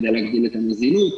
כדי להגדיל את הנזילות.